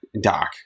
doc